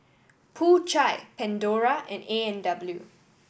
Po Chai Pandora and A and W